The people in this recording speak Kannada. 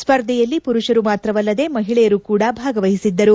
ಸ್ಪರ್ಧೆಯಲ್ಲಿ ಪುರುಷರು ಮಾತ್ರವಲ್ಲದೆ ಮಹಿಳೆಯರು ಕೂಡ ಭಾಗವಹಿಸಿದ್ದರು